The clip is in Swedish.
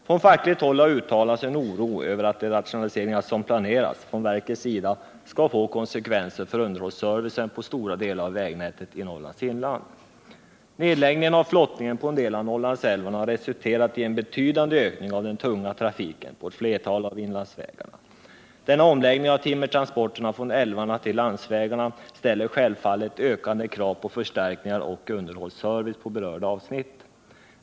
Från fackligt håll har uttalats en oro över att de rationaliseringar som planeras från verkets sida skall få konsekvenser för underhållsservicen på stora delar av vägnätet i Norrlands inland. Nedläggningen av flottningen på en del av Norrlandsälvarna har resulterat i en betydande ökning av den tunga trafiken på ett flertal av inlandsvägarna. Denna omläggning av timmertransporterna från älvarna till landsvägarna ställer självfallet ökade krav på förstärkningar och underhållsservice på berörda avsnitt.